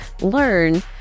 learn